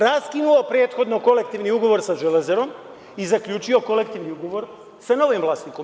Raskinuo prethodno kolektivni ugovor sa „Železarom“ i zaključio kolektivni ugovor sa novim vlasnikom.